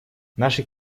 нашей